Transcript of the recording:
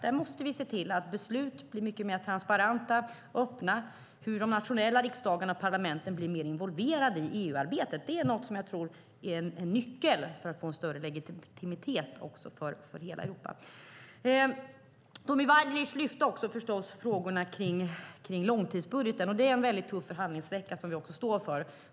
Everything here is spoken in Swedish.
Vi måste se till att beslut blir mer transparenta och öppna, och vi måste se till att de nationella parlamenten blir mer involverade i EU-arbetet. Det tror jag är en nyckel för att få större legitimitet också för hela Europa. Tommy Waidelich lyfte också förstås frågorna kring långtidsbudgeten, och det är en tuff förhandlingsvecka vi står inför.